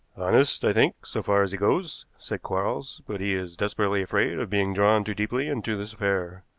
honest, i think, so far as he goes, said quarles, but he is desperately afraid of being drawn too deeply into this affair.